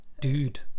Dude